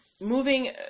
moving